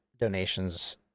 donations